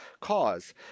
cause